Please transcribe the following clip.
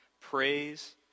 Praise